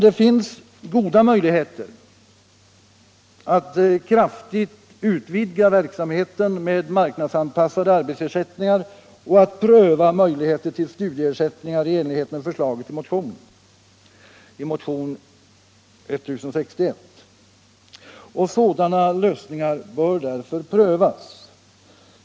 Det finns dock goda möjligheter att kraftigt utvidga verksamheten med marknadsanpassade arbetsersättningar och pröva möjligheten till studieersättningar i enlighet med förslaget i motionen 1061. Sådana lösningar bör därför prövas.